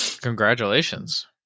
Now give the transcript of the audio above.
congratulations